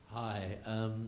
Hi